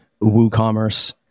WooCommerce